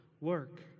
work